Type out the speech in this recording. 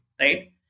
right